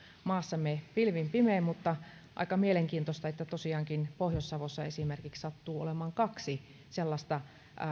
maassamme pilvin pimein mutta on aika mielenkiintoista että tosiaankin pohjois savossa esimerkiksi sattuu olemaan kaksi sellaista